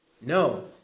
No